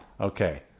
Okay